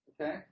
Okay